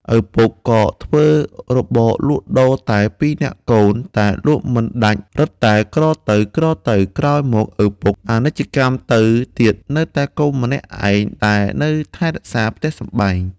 ឪពុកក៏ធ្វើរបរលក់ដូរតែពីរនាក់កូនតែលក់មិនដាច់រឹតតែក្រទៅៗ ក្រោយមកឪពុកអនិច្ចកម្មទៅទៀតនៅតែកូនម្នាក់ឯងដែលនៅថែរក្សាផ្ទះសំបែង។